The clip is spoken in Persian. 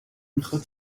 میخاد